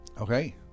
Okay